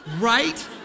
right